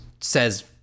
says